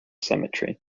cemetery